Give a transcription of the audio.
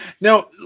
Now